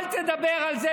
אל תדבר על זה,